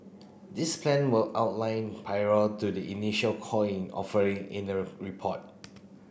these plan were outlined prior to the initial coin offering in a report